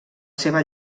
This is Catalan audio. seva